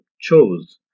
chose